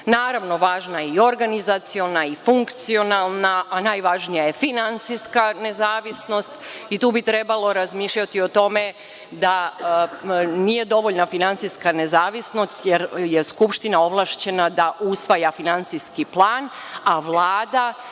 Naravno, važna je i organizaciona i funkcionalna, a najvažnija je finansijska nezavisnost. Tu bi trebalo razmišljati o tome da nije dovoljna finansijska nezavisnost, jer je Skupština ovlašćena da usvaja finansijski plan, a Vlada